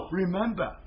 remember